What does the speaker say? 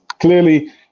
clearly